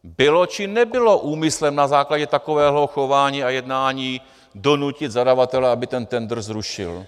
Bylo či nebylo úmyslem na základě takového chování a jednání donutit zadavatele, aby ten tendr zrušil?